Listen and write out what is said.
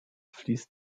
fließt